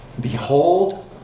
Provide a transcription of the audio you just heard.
Behold